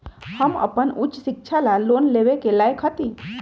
हम अपन उच्च शिक्षा ला लोन लेवे के लायक हती?